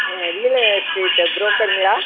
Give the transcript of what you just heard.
ah real estate ப்ரோக்கருங்களா